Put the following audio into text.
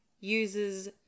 uses